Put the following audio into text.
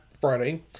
Friday